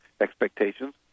expectations